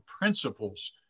principles